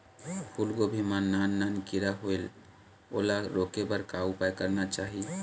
फूलगोभी मां नान नान किरा होयेल ओला रोके बर का उपाय करना चाही?